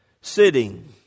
sitting